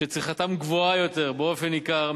שצריכתם גבוהה יותר באופן ניכר,